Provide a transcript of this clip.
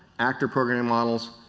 actor program models.